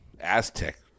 aztec